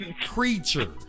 creature